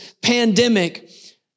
pandemic